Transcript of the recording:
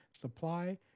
supply